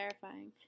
terrifying